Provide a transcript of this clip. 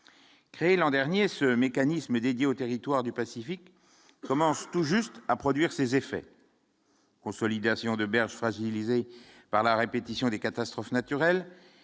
Créé l'an dernier, ce mécanisme dédié au territoire du Pacifique commence tout juste à produire ses effets. Consolidation de berge fragilisée par la répétition des catastrophes naturelles